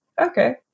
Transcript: Okay